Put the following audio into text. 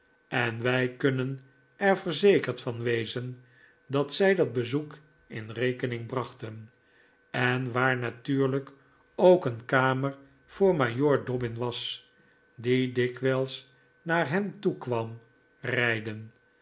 en wij kunnen er verzekerd van wezen dat zij dat bezoek in rekening brachten en waar natuurlijk ook een kamer voor majoor dobbin was die dikwijls naar hen toe kwam rijden